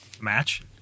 Match